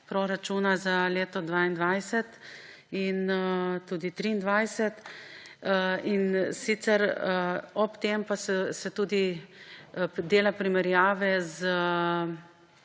proračuna za leto 2022 in tudi 2023. Ob tem pa se tudi dela primerjave z